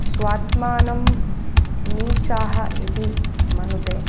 स्वात्मानं नीचाः इति मनुते